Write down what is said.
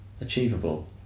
achievable